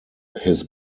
his